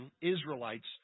Israelites